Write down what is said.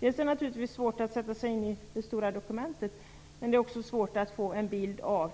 Det kan vara svårt att sätta sig in i det stora dokumentet, men det är också svårt att få en bild av